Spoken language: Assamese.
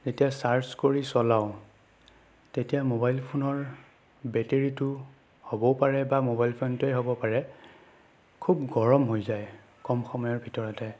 যেতিয়া ছাৰ্জ কৰি চলাওঁ তেতিয়া মোবাইল ফোনৰ বেটেৰীটোও হ'বও পাৰে বা মোবাইল ফোনটোৱে হ'ব পাৰে খুব গৰম হৈ যায় কম সময়ৰ ভিতৰতে